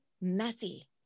messy